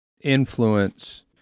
influence